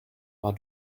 war